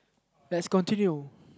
let's continue